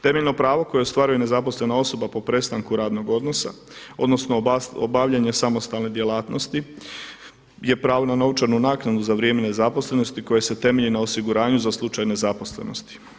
Temeljno pravo koje ostvaruje nezaposlena osoba po prestanku radnog odnosa, odnosno obavljanje samostalne djelatnosti, te pravo na novčanu naknadu za vrijeme nezaposlenosti koje se temelji na osiguranju za slučaj nezaposlenosti.